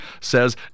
says